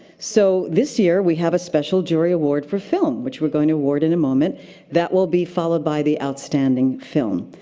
so this year, we have a special jury award for film, which we're going to award in a moment that will be followed by the outstanding film.